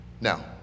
Now